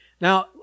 Now